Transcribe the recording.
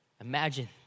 imagine